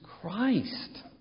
Christ